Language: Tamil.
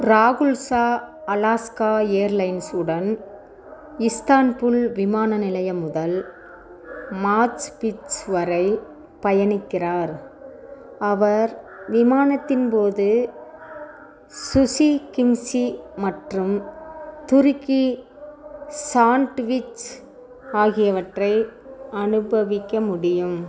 ராகுல்சா அலாஸ்க்கா ஏர்லைன்ஸ் உடன் இஸ்தான்புல் விமான நிலையம் முதல் மார்ச் பிச்சு வரை பயணிக்கிறார் அவர் விமானத்தின்போது சுசி கிம்சி மற்றும் துருக்கி சாண்ட்விச் ஆகியவற்றை அனுபவிக்க முடியும்